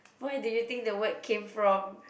where did you think the word came from